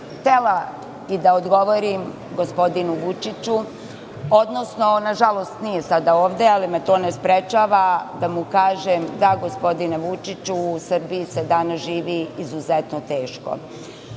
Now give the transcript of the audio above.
sam i da odgovorim gospodinu Vučiću, na žalost on sada nije ovde, ali me to ne sprečava da mu kažem - da, gospodine Vučiću, u Srbiji se danas živi izuzetno teško. Kao